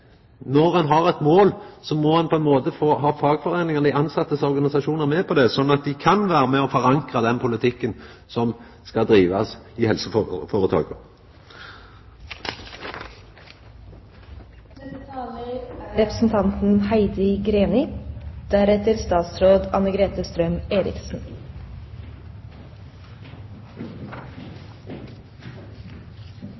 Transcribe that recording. Når ein har eit mål, må ein få fagforeiningane, dei tilsette sine organisasjonar, med på det, sånn at dei kan vera med og forankra den politikken som skal drivast i